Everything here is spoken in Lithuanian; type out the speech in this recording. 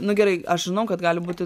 nu gerai aš žinau kad gali būti